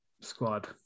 squad